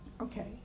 Okay